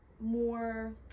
more